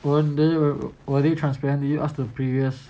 weren't they were they transparent to you ask the previous